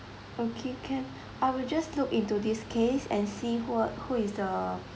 okay can I will just look into this case and see who what who is the